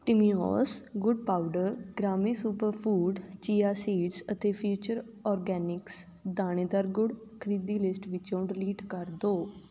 Timios ਗੁੜ powder ਗ੍ਰਾਮੀ super food chia seeds ਅਤੇ ਫਿਚਰ ਔਰਗੈਨਿਕਸ ਦਾਣੇਦਰ ਗੁੜ ਖਰੀਦੀ ਲਿਸਟ ਵਿੱਚੋਂ ਡਿਲੀਟ ਕਰ ਦਿਉ